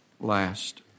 last